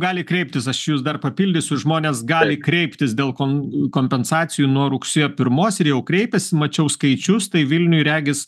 gali kreiptis aš jus dar papildysiu žmonės gali kreiptis dėl kon kompensacijų nuo rugsėjo pirmos ir jau kreipėsi mačiau skaičius tai vilniuj regis